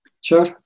Sure